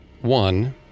One